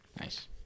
Nice